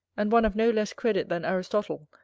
and one of no less credit than aristotle,